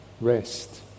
rest